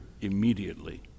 immediately